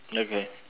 okay